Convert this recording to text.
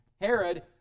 Herod